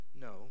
No